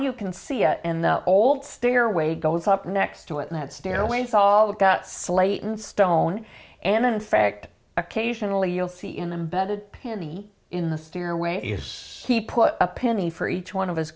you can see it in the old stairway goes up next to it that stairways all got slayton stone and in fact occasionally you'll see in the bed a penny in the stairway as he put a penny for each one of his